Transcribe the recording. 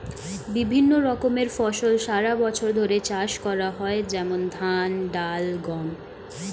বিভিন্ন রকমের ফসল সারা বছর ধরে চাষ করা হয়, যেমন ধান, ডাল, গম